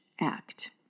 act